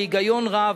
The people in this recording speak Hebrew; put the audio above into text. בהיגיון רב,